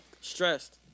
Stressed